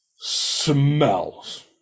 Smells